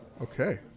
Okay